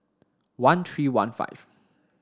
one three one five